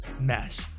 mess